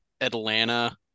Atlanta